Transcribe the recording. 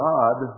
God